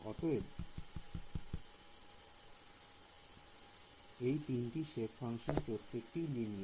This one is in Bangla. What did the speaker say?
অতএব এই তিনটি সেপ ফাংশন প্রত্যেকটাই লিনিয়ার